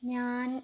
ഞാൻ